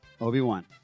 obi-wan